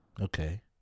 Okay